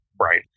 Right